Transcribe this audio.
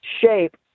shape